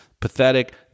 pathetic